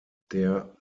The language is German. der